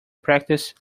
practice